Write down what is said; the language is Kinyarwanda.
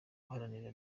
guharanira